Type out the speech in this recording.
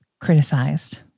criticized